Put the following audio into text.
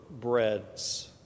breads